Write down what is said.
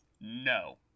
No